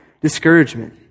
discouragement